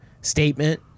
statement